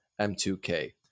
M2K